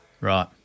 Right